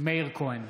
מאיר כהן,